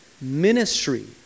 ministry